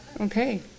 Okay